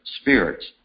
spirits